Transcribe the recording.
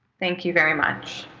thank you very much.